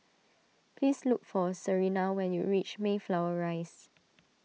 please look for Serina when you reach Mayflower Rise